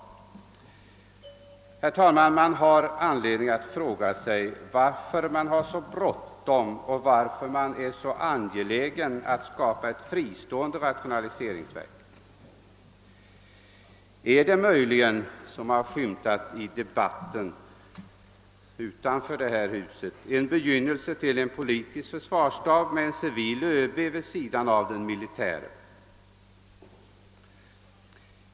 Herr talman! Man har anledning att fråga sig varför det är så bråttom och varför det är så angeläget att skapa ett fristående rationaliseringsverk. är det möjligen, såsom det skymtat i debatten utanför detta hus, en begynnelse till att vi får en politisk försvarsstab med en civil ÖB vid sidan av den militäre?